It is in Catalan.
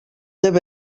dvd